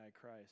Christ